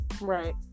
right